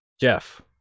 Jeff